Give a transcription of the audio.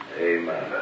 Amen